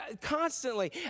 Constantly